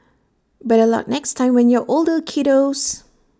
better luck next time when you're older kiddos